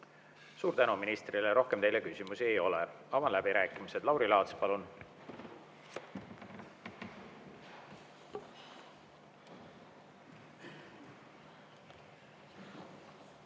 Suur tänu ministrile! Rohkem teile küsimusi ei ole. Avan läbirääkimised. Lauri Laats, palun!